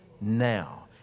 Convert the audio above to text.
now